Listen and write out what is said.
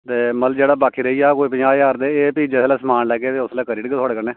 दे मतलब जेहडा बाकी रेही जाग पजांह् इक हजार ते एह् फिह् जिसलै समान लेगे ते उसलै करी ओङगे थुआढ़े कन्नै